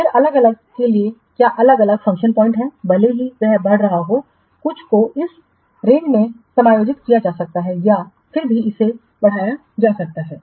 फिर अलग अलग के लिए क्या अलग अलग फंक्शन प्वाइंट्स हैं भले ही यह बढ़ रहा हो कुछ को इस रेंज में समायोजित किया जा सकता है या फिर भी इसे बढ़ाया जा सकता है